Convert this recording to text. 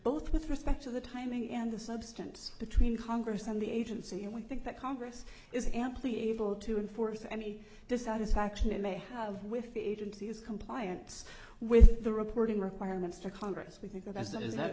both with respect to the timing and the substance between congress and the agency and we think that congress is amply able to enforce any dissatisfaction it may have with the agencies compliance with the reporting requirements to congress we think of as it is